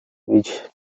which